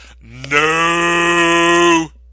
No